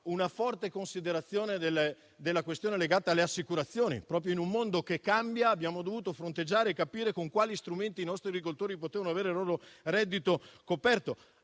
una forte considerazione della questione legata alle assicurazioni. In un mondo che cambia, abbiamo dovuto fronteggiare e capire con quali strumenti i nostri agricoltori potevano avere il loro reddito coperto.